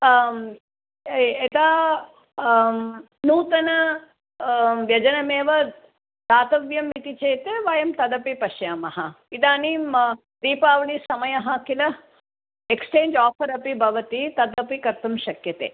यदा नूतन व्यजनमेव दातव्यं इति चेत् वयं तदपि पश्यामः इदानीं दीपावली समयः किल एक्सचेञ्ज् आफ़र् अपि भवति तदपि कर्तुं शक्यते